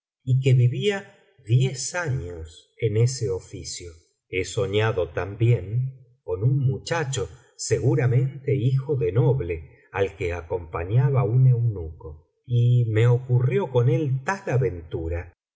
y que vivía diez años en ese oficio he soñado también con un muchacho seguramente hijo de noble al que acompañaba u'n eunuco y me ocurrió con él tal aventura